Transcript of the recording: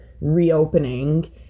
reopening